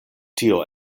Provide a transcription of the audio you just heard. tio